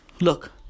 Look